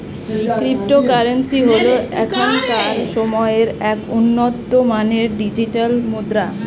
cryptocurrency হল এখনকার সময়ের এক উন্নত মানের ডিজিটাল মুদ্রা